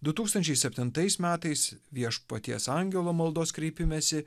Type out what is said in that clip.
du tūkstančiai septintais metais viešpaties angelo maldos kreipimesi